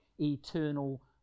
eternal